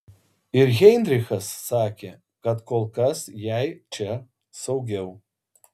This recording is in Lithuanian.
ir heinrichas sakė kad kol kas jai čia saugiau